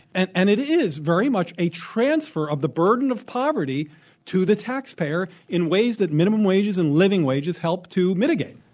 and and it is very much a transfer of the burden of poverty to the taxpayer in ways that minimum wages and living wages help to mitigate.